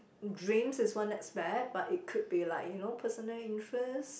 dreams is one aspect but it could be like you know personal interest